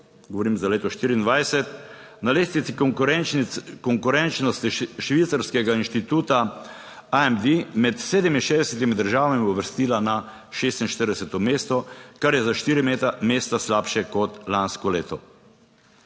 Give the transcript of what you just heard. govorim za leto 2024, na lestvici konkurenčnosti švicarskega inštituta IMD med 67 državami uvrstila na 46. mesto, kar je za štiri mesta slabše kot lansko leto.